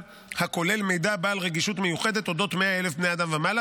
הכולל מידע בעל רגישות מיוחדת על 100,000 אלף בני אדם ומעלה,